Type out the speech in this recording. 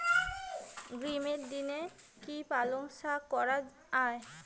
গ্রীষ্মের দিনে কি পালন শাখ করা য়ায়?